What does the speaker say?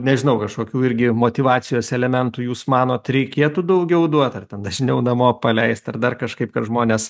nežinau kažkokių irgi motyvacijos elementų jūs manot reikėtų daugiau duot ar dažniau namo paleist ar dar kažkaip kad žmonės